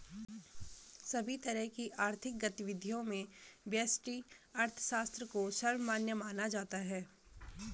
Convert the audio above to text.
सभी तरह की आर्थिक गतिविधियों में व्यष्टि अर्थशास्त्र को सर्वमान्य माना जाता है